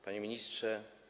Panie Ministrze!